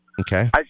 Okay